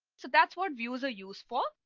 so that's what views are used for.